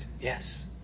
Yes